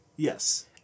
Yes